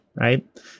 right